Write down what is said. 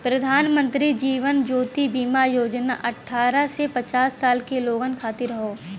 प्रधानमंत्री जीवन ज्योति बीमा योजना अठ्ठारह से पचास साल के लोगन खातिर हौ